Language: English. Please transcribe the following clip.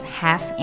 half